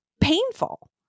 painful